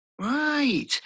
Right